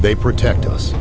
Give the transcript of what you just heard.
they protect us